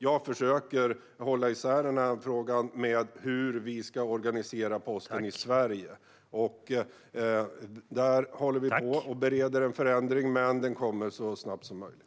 Jag försöker hålla isär denna fråga från hur vi ska organisera Posten i Sverige. Vad gäller det bereder vi just nu en förändring, och den kommer så snabbt som möjligt.